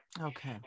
Okay